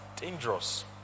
dangerous